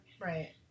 right